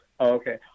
Okay